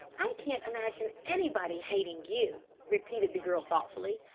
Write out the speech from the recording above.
i can't imagine anybody hating you, repeated the girl thoughtfully.